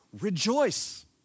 rejoice